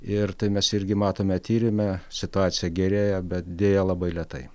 ir tai mes irgi matome tyrime situacija gerėja bet deja labai lėtai